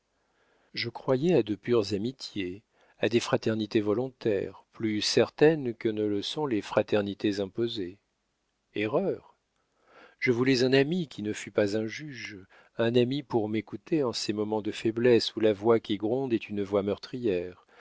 je croyais à de pures amitiés à des fraternités volontaires plus certaines que ne le sont les fraternités imposées erreur je voulais un ami qui ne fût pas un juge un ami pour m'écouter en ces moments de faiblesse où la voix qui gronde est une voix meurtrière